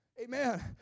Amen